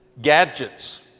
Gadgets